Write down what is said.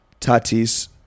Tatis